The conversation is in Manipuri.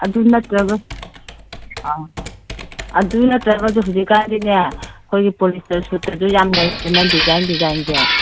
ꯑꯗꯨ ꯅꯠꯇ꯭ꯔꯒ ꯑꯥ ꯑꯗꯨ ꯅꯠꯇ꯭ꯔꯒꯁꯨ ꯍꯧꯖꯤꯛ ꯀꯥꯟꯗꯤꯅꯦ ꯑꯩꯈꯣꯏꯒꯤ ꯄꯣꯂꯤꯁꯇꯔ ꯁꯨꯠꯇꯁꯨ ꯌꯥꯝ ꯂꯩꯗꯅ ꯗꯤꯖꯥꯏꯟ ꯗꯤꯖꯥꯏꯟꯁꯦ